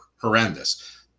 horrendous